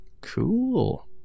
Cool